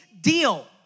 deal